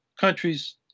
countries